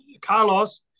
Carlos